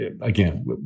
again